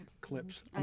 clips